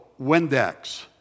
Windex